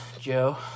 Joe